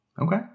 Okay